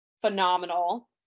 phenomenal